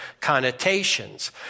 connotations